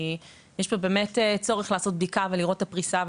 יש פה באמת צורך לעשות בדיקה ולראות את הפריסה,